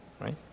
right